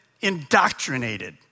indoctrinated